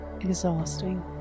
exhausting